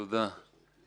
תודה.